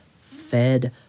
fed